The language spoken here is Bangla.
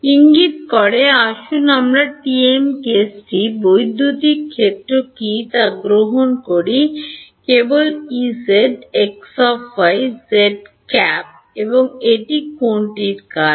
ইঙ্গিত করে আসুন আমরা TM কেসটি বৈদ্যুতিক ক্ষেত্র কী তা গ্রহণ করি কেবল Ez x y zˆ এবং এটি কোনটির কাজ